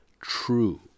true